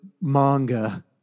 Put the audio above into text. manga